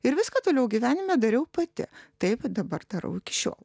ir viską toliau gyvenime dariau pati taip dabar darau iki šiol